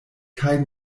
kaj